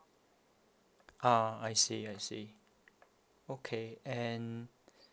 ah I see I see okay and